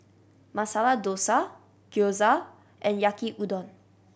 Masala Dosa Gyoza and Yaki Udon